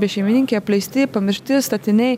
bešeimininkiai apleisti pamiršti statiniai